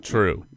True